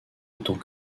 autant